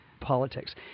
politics